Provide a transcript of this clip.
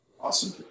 Awesome